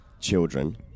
Children